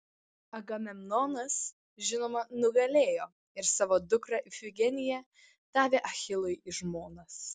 agamemnonas žinoma nugalėjo ir savo dukrą ifigeniją davė achilui į žmonas